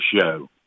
show